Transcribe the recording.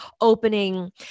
opening